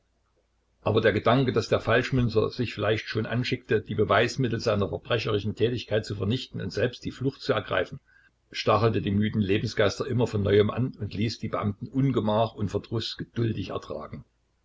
aber der gedanke daß der falschmünzer sich vielleicht schon anschickte die beweismittel seiner verbrecherischen tätigkeit zu vernichten und selbst die flucht zu ergreifen stachelte die müden lebensgeister immer von neuem an und ließ die beamten ungemach und verdruß geduldig ertragen